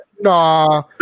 Nah